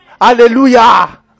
Hallelujah